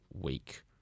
week